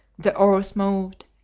the oars moved,